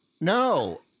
No